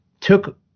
took